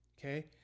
okay